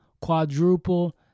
quadruple